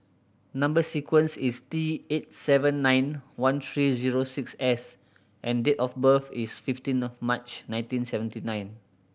number sequence is T eight seven nine one three zero six S and date of birth is fifteen of March nineteen seventy nine